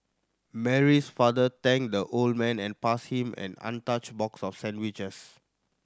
Mary's father thanked the old man and passed him an untouched box of sandwiches